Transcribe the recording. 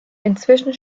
inzwischen